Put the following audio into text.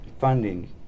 funding